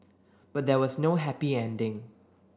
but there was no happy ending